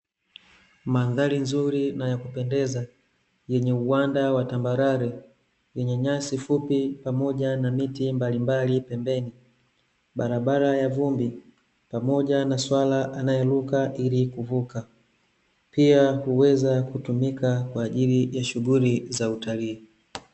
Mandhari nzuri na ya kupendeza, yenye uwanda wa tambarare, yenye nyasi fupi pamoja na miti mbalimbali pembeni, barabara ya vumbi, pamoja na swala anayeruka ili kuvuka, pia kuweza kutumika kwaajili ya shughuli za utalii.